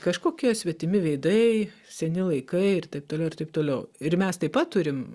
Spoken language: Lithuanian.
kažkokie svetimi veidai seni laikai ir taip toliau ir taip toliau ir mes taip pat turim